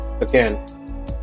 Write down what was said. again